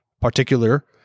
particular